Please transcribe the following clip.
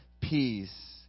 peace